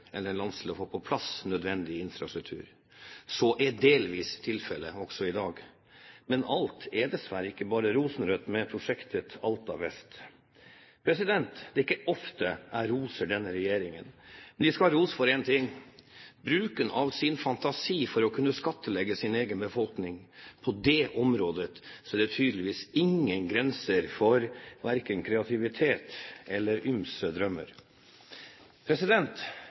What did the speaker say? eller en landsdel å få på plass nødvendig infrastruktur. Så er delvis tilfellet også i dag. Men alt er dessverre ikke bare rosenrødt med prosjektet Alta vest. Det er ikke ofte jeg roser denne regjeringen, men de skal ha ros for én ting: bruken av sin fantasi for å kunne skattlegge sin egen befolkning. På det området er det tydeligvis ingen grenser for verken kreativitet eller